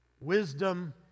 wisdom